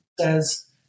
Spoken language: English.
says